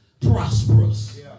prosperous